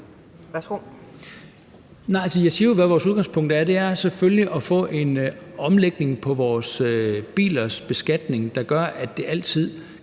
er selvfølgelig at få en omlægning af vores bilbeskatning, der gør, at det altid